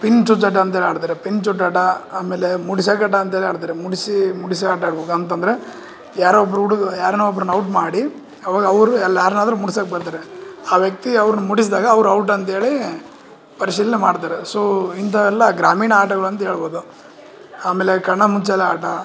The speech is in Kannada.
ಪಿನ್ ಚುಚ್ಚಾಟ ಅಂತೇಳಿ ಆಡ್ತಾರೆ ಪಿಂಚುಡಡ ಆಮೇಲೆ ಮುಟ್ಸಗಟ ಅಂತೇಳಿ ಆಡ್ತಾರೆ ಮುಟ್ಸಿ ಮುಟ್ಸಿ ಆಟ ಆಡ್ಬೇಕ್ ಅಂತಂದರೆ ಯಾರೋ ಒಬ್ರು ಹುಡಗ್ರ್ ಯಾರನ್ನೋ ಒಬ್ರನ್ನ ಔಟ್ ಮಾಡಿ ಅವಾಗ ಅವರು ಎಲ್ಲಿ ಯಾರನ್ನಾದ್ರೂ ಮುಟ್ಸಕ್ಕೆ ಬರ್ತಾರೆ ಆ ವ್ಯಕ್ತಿ ಅವ್ರ್ನ ಮುಟ್ಟಿಸ್ದಾಗ ಅವ್ರು ಔಟ್ ಅಂತೇಳಿ ಪರಿಶೀಲನೆ ಮಾಡ್ತಾರೆ ಸೋ ಇಂಥ ಎಲ್ಲ ಗ್ರಾಮೀಣ ಆಟಗಳು ಅಂತ ಹೇಳ್ಬೌದು ಆಮೇಲೆ ಕಣ್ಣಮುಚ್ಚಾಲೆ ಆಟ